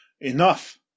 Enough